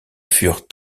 furent